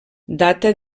data